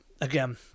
again